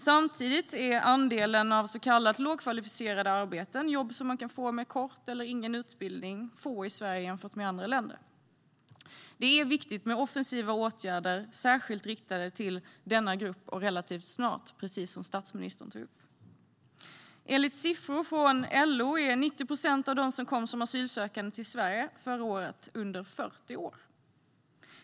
Samtidigt är andelen så kallade lågkvalificerade arbeten, jobb som man kan få med kort eller ingen utbildning, liten i Sverige jämfört med andra länder. Det är viktigt med offensiva åtgärder som är särskilt riktade till denna grupp och som vidtas relativt snart, precis som statsministern tog upp. Enligt siffror från LO är 90 procent av dem som kom som asylsökande till Sverige förra året under 40 år.